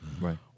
Right